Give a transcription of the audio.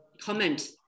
comment